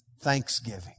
thanksgiving